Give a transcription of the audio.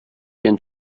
den